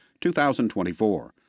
2024